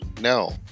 no